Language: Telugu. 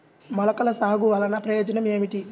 మొలకల సాగు వలన ప్రయోజనం ఏమిటీ?